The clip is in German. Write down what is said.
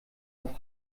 auf